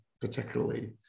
particularly